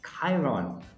Chiron